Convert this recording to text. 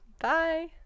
bye